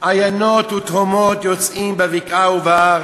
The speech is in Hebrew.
עינֹת ותהֹמֹת יֹצאים בבקעה ובהר,